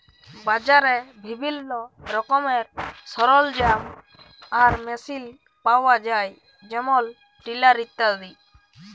বাজারে বিভিল্ল্য রকমের সরলজাম আর মেসিল পাউয়া যায় যেমল টিলার ইত্যাদি